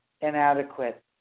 inadequate